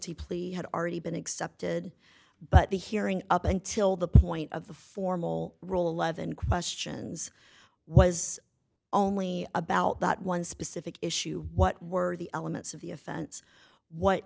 plea had already been accepted but the hearing up until the point of the formal roll eleven questions was only about that one specific issue what were the elements of the offense what